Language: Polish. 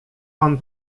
pan